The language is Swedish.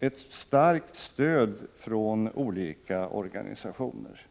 ett starkt stöd från olika organisationer.